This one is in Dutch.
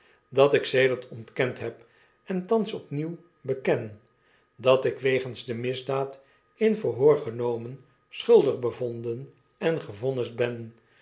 dat ik sedert ontkend heb en thans opnieuw beken dat ik wegens de misdaadin verhoorgenomen schuldig bevonden en gevonnisd ben